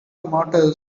tomatoes